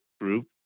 group